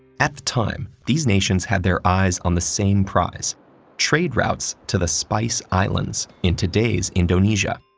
at the time, these nations had their eyes on the same prize trade routes to the spice islands in today's indonesia.